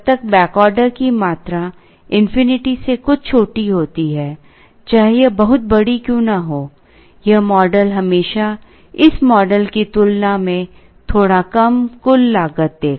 जब तक back order की मात्रा इन्फिनिटी से कुछ छोटी होती है चाहे यह बहुत बड़ी क्यों ना हो यह मॉडल हमेशा इस मॉडल की तुलना में थोड़ा कम कुल लागत देगा